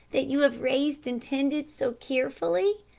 that you have raised and tended so carefully?